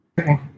Okay